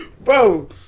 bro